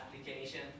Application